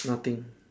nothing